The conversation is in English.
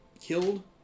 Killed